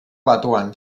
batuan